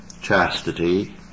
chastity